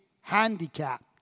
handicapped